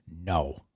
no